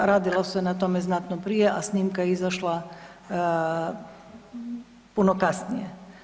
Radilo se na tome znatno prije, a snimka je izašla puno kasnije.